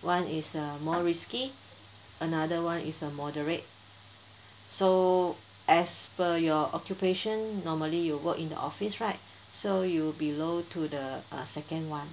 one is uh more risky another one is the moderate so as per your occupation normally you work in the office right so you'll below to the uh second one